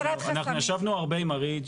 אנחנו ישבנו הרבה עם אריג',